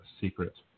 secret